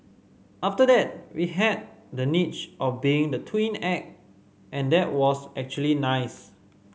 after that we had the niche of being the twin act and that was actually nice